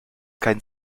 kein